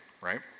right